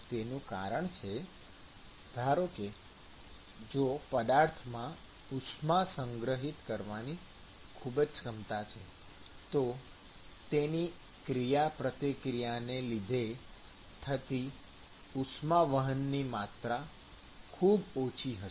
તેનું કારણ છે ધારો કે જો પદાર્થમાં ઉષ્મા સંગ્રહિત કરવાની ખૂબ જ સક્ષમતા છે તો તેની ક્રિયાપ્રતિક્રિયાને લીધે થતી ઉષ્મા વહનની માત્રા ખૂબ ઓછી રહેશે